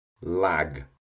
lag